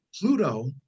Pluto